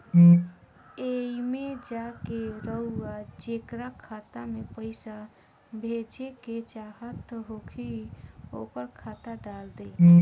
एईमे जा के रउआ जेकरा खाता मे पईसा भेजेके चाहत होखी ओकर खाता डाल दीं